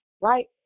right